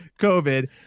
COVID